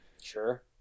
Sure